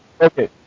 Okay